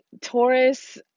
Taurus